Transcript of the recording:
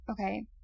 Okay